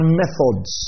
methods